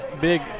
big